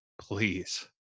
please